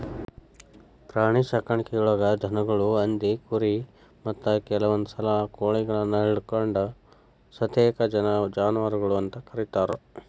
ಪ್ರಾಣಿಸಾಕಾಣಿಕೆಯೊಳಗ ದನಗಳು, ಹಂದಿ, ಕುರಿ, ಮತ್ತ ಕೆಲವಂದುಸಲ ಕೋಳಿಗಳನ್ನು ಹಿಡಕೊಂಡ ಸತೇಕ ಜಾನುವಾರಗಳು ಅಂತ ಕರೇತಾರ